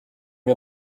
wir